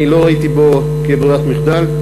אני לא ראיתי בו בררת מחדל.